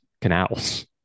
canals